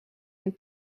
een